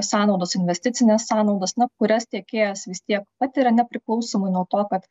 sąnaudos investicinės sąnaudos na kurias tiekėjas vis tiek patiria nepriklausomai nuo to kad